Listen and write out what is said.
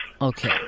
Okay